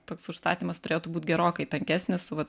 toks užstatymas turėtų būt gerokai tankesnis su vat